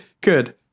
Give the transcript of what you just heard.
good